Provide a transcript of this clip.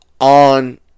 on